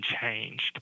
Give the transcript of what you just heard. changed